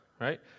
right